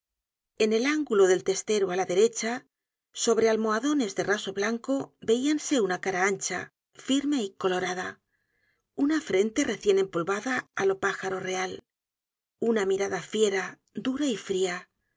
en el ángulo del testero á la derecha sobre almohadones de raso blanco veíanse una cara ancha firme y colorada una frente recien empolvada á lo pájaro content from google book search generated at real una mirada fiera dura y fria